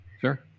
Sure